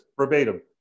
verbatim